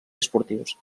esportius